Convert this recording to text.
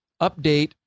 update